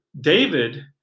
David